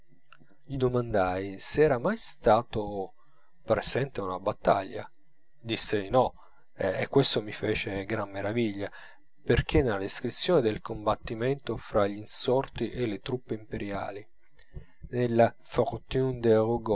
gli domandai se era mai stato presente a una battaglia disse di no e questo mi fece gran meraviglia perchè nella descrizione del combattimento fra gl'insorti e le truppe imperiali nella